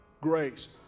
grace